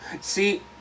See